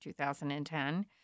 2010